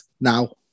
now